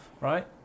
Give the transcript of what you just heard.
right